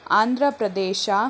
Andhra Pradesh